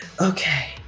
Okay